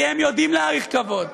כי הם יודעים להעריך כבוד.